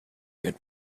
good